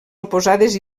oposades